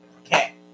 Okay